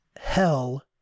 hell